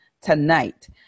tonight